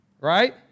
Right